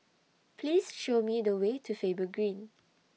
Please Show Me The Way to Faber Green